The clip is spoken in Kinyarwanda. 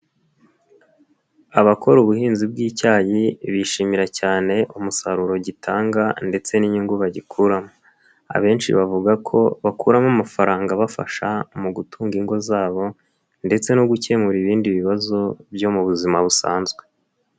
Abakora ubuhinzi bw'icyayi bishimira cyane umusaruro gitanga ndetse n'inyungu bagikuramo, abenshi bavuga ko bakuramo amafaranga abafasha mu gutunga ingo zabo, ndetse no gukemura ibindi bibazo byo mu buzima busanzwe.